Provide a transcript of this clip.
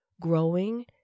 growing